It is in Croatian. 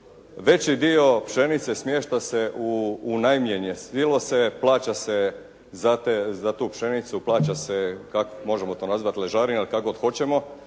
Veći dio pšenice smješta se u najmljene silose, plaća se za tu pšenicu plaća se možemo to nazvati ležarina ili kako god hoćemo,